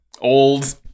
Old